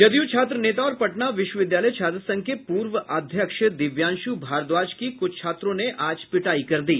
जदयू छात्र नेता और पटना विश्वविद्यालय छात्र संघ के पूर्व अध्यक्ष दिव्यांशू भारद्वाज की क्छ छात्रों ने आज पिटाई कर दी